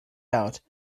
out